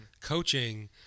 coaching